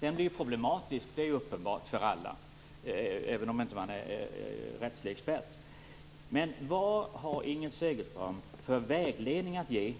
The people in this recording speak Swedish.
Det är ett problem, och det är uppenbart för alla - även för den som inte är rättslig expert. Vad har Inger Segelström för vägledning att ge